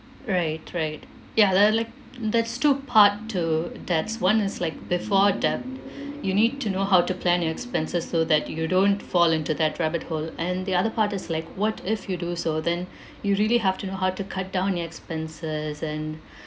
right right ya there're like that's two part to debts one is like before debt you need to know how to plan your expenses so that you don't fall into that rabbit hole and the other part is like what if you do so then you really have to know how to cut down your expenses and